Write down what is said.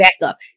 backup